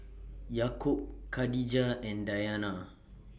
Yaakob Khadija and Dayana